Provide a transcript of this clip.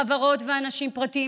חברות ואנשים פרטיים,